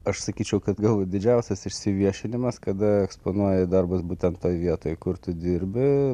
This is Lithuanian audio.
aš sakyčiau kad gal didžiausias išsiviešinimas kada eksponuoji darbus būtent toj vietoj kur tu dirbi